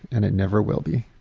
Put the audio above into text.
and it never will be.